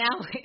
now